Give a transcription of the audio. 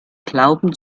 glauben